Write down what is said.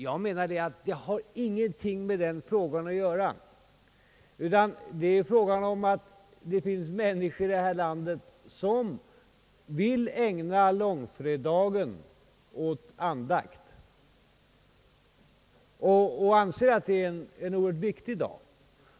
Jag menar att detta har ingenting med den frågan att göra, utan det är fråga om att det finns människor i vårt land som vill ägna långfredagen åt andakt och som anser att det är en oerhört viktig sak.